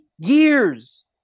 years